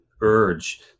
urge